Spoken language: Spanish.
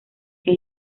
que